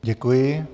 Děkuji.